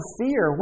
fear